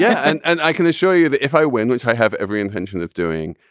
yeah and and i can assure you that if i win, which i have every intention of doing,